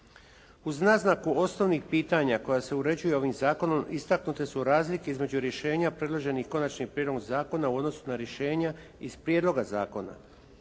Uz naznaku osnovnih pitanja koja se uređuju ovim zakonom istaknute su razlike između rješenja predloženih konačnim prijedlogom zakona u odnosu na rješenja iz prijedloga zakona.